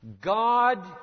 God